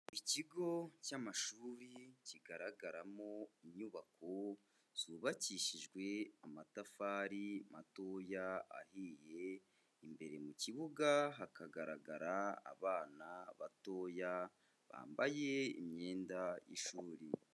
Ikigo cy'amashuri kigaragaramo inyubako zubakishijwe amatafari matoya ahiye, imbere mu kibuga hakagaragara abana batoya bambaye imyenda y'ishuri.